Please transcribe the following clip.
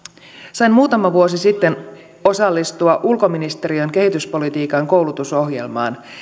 sain muutama vuosi sitten osallistua ulkoministeriön kehityspolitiikan koulutusohjelmaan